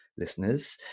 listeners